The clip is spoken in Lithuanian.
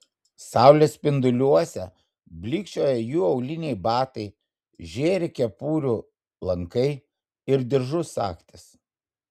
saulės spinduliuose blykčioja jų auliniai batai žėri kepurių lankai ir diržų sagtys